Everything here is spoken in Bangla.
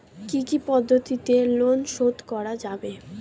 কি কি পদ্ধতিতে লোন শোধ করা যাবে?